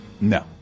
No